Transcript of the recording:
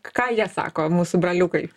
ką jie sako mūsų braliukai